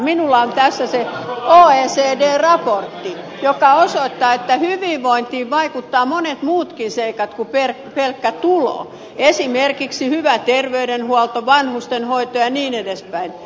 minulla on tässä se oecdn raportti joka osoittaa että hyvinvointiin vaikuttavat monet muutkin seikat kuin pelkkä tulo esimerkiksi hyvä terveydenhuolto vanhustenhoito ja niin edelleen